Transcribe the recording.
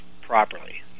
properly